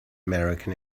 american